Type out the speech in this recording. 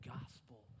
gospel